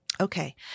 Okay